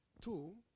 Two